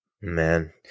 Man